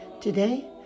Today